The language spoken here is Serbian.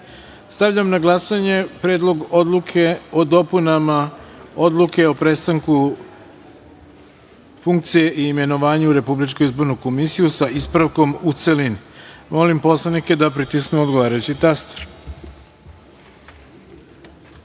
reda. Stavljam na glasanje Predlog odluke o dopunama Odluke o prestanku funkcije i imenovanju u Republičku izbornu komisiju, sa ispravkom, u celini. Molim poslanike da pritisnu odgovarajući